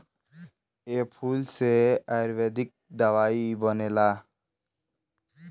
ए फूल से आयुर्वेदिक दवाई बनेला